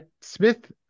Smith